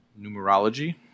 numerology